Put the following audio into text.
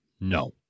No